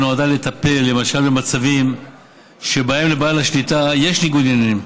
שנועדה לטפל למשל במצבים שבהם לבעל שליטה יש ניגוד עניינים,